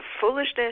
foolishness